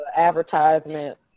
advertisement